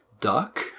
duck